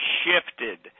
shifted